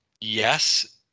yes